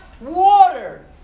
water